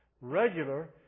Regular